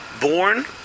born